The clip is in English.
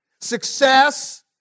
success